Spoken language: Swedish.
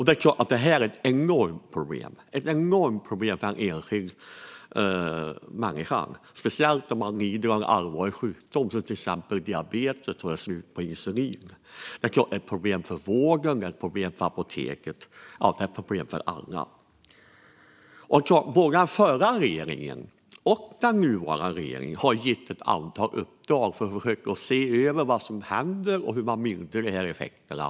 Detta är naturligtvis ett enormt problem för den enskilda människan, speciellt om man lider av en allvarlig sjukdom, om man till exempel har diabetes och det är slut på insulin. Det är ett problem för vården, för apoteket och för alla. Både den förra regeringen och den nuvarande har givit ett antal uppdrag för att försöka se över vad som händer och hur man kan mildra effekterna.